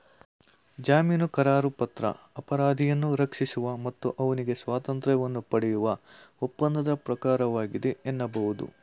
ಜಾಮೀನುಕರಾರುಪತ್ರ ಅಪರಾಧಿಯನ್ನ ರಕ್ಷಿಸುವ ಮತ್ತು ಅವ್ನಿಗೆ ಸ್ವಾತಂತ್ರ್ಯವನ್ನ ಪಡೆಯುವ ಒಪ್ಪಂದದ ಪ್ರಕಾರವಾಗಿದೆ ಎನ್ನಬಹುದು